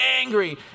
angry